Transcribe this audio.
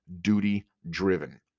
duty-driven